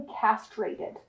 castrated